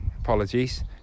Apologies